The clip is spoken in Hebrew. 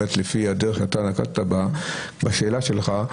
לפי הדרך שנקטת בה בשאלה שלך,